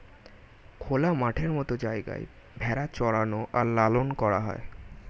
খোলা মাঠের মত জায়গায় ভেড়া চরানো আর লালন করা হয়